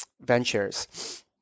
ventures